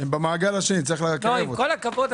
שמי איציק שניידר ואני מנכ"ל מועצת החלב.